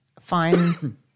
fine